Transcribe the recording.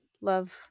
love